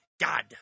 God